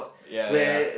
ya ya